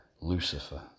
Lucifer